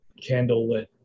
candlelit